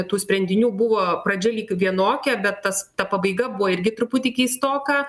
tų sprendinių buvo pradžia lyg vienokia bet tas ta pabaiga buvo irgi truputį keistoka